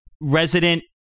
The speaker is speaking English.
resident